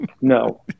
no